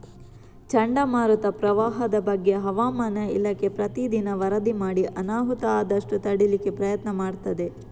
ಚಂಡಮಾರುತ, ಪ್ರವಾಹದ ಬಗ್ಗೆ ಹವಾಮಾನ ಇಲಾಖೆ ಪ್ರತೀ ದಿನ ವರದಿ ಮಾಡಿ ಅನಾಹುತ ಆದಷ್ಟು ತಡೀಲಿಕ್ಕೆ ಪ್ರಯತ್ನ ಮಾಡ್ತದೆ